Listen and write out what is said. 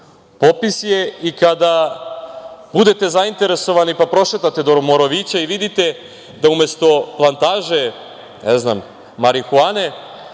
je i kada budete zainteresovani, pa prošetate do Morovića i vidite da umesto plantaže, na znam, marihuane,